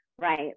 right